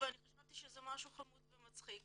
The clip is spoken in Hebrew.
ואני חשבתי שזה משהו חמוד ומצחיק.